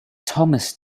thomas